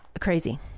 Crazy